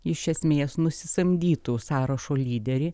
iš esmės nusisamdytų sąrašo lyderį